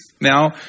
now